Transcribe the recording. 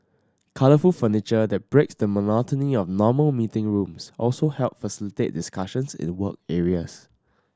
colourful furniture that breaks the monotony of normal meeting rooms also help facilitate discussions in the work areas